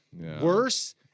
worse